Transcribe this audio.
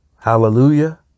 Hallelujah